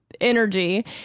energy